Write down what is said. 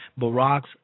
Barack's